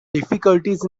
difficulties